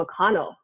McConnell